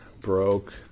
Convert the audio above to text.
broke